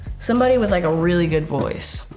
somebody with, like, a really good voice.